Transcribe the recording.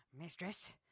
Mistress